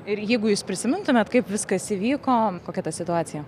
ir jeigu jūs prisimintumėt kaip viskas įvyko kokia ta situacija